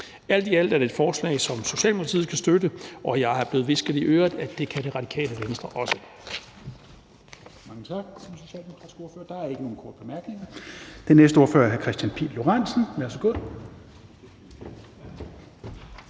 Alt i alt er det et forslag, som Socialdemokratiet kan støtte, og jeg er blevet hvisket i øret, at det kan Radikale Venstre også.